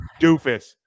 doofus